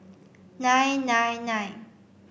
nine nine nine